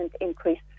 increase